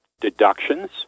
deductions